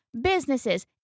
businesses